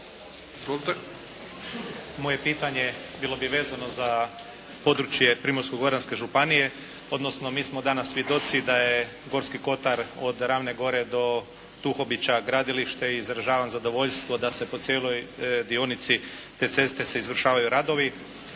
Moje pitanje bilo bi vezano za područje Primorsko-goranske županije, odnosno mi smo danas svjedoci da je Gorski kotar od Ravne gore do Tuhobića gradilište i izražavam zadovoljstvo da se po cijeloj dionici te ceste se izvršavaju radovi.